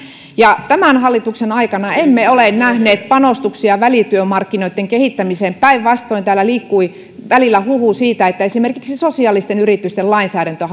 tämän hallituksen aikana emme ole nähneet panostuksia välityömarkkinoitten kehittämiseen päinvastoin täällä liikkui välillä huhu siitä että esimerkiksi sosiaalisten yritysten lainsäädäntö